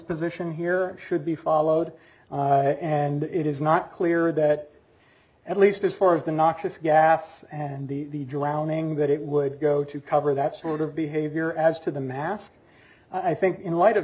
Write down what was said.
position here should be followed and it is not clear that at least as far as the noxious gas and the drowning that it would go to cover that sort of behavior as to the mask i think in light of